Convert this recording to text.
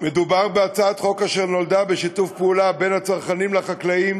מדובר בהצעת חוק אשר נולדה בשיתוף פעולה בין הצרכנים לחקלאים